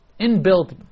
inbuilt